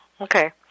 Okay